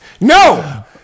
No